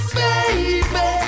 baby